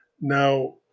Now